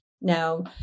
Now